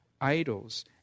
idols